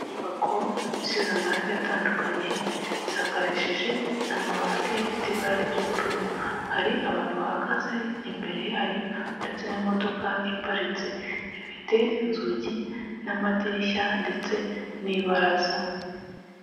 Inyubako isize amarangi atandukanye isakarishije amabati afite ibara ry'ubururu hari abantu bahagaze imbere yayo ndetse n'imodoka iparitse ifite inzugi n'amadirishya ndetse n'ibaraza.